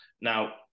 Now